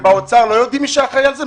ובאוצר לא יודעים מי שאחראי על זה?